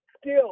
skill